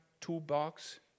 toolbox